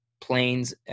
planes